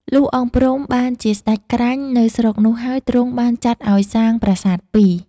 លុះ អង្គព្រំ បានជាសេ្តចក្រាញ់ នៅស្រុកនោះហើយទ្រង់បានចាត់ឲ្យសាងប្រាសាទពីរ។